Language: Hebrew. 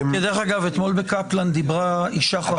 דרך אגב, אתמול בקפלן דיברה אישה חרדית.